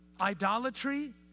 idolatry